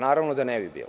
Naravno da ne bi bio.